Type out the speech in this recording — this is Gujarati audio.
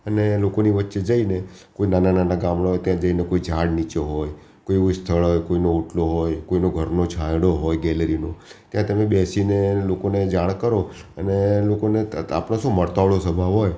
અને લોકોની વચ્ચે જઈને કોઈ નાનાં નાનાં ગામડાં હોય ત્યાં જઈને કોઈ ઝાડ નીચે હોય કોઈ એવું સ્થળ હોય કોઈનો ઓટલો હોય કોઈનો ઘરનો છાંયડો હોય ગેલેરીનો ત્યાં તમે બેસીને લોકોને જાણ કરો અને લોકોને આપણો શું મળતાવડો સ્વભાવ હોય